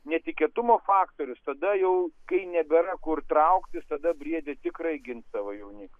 netikėtumo faktorius tada jau kai nebėra kur trauktis tada briedė tikrai gins savo jauniklį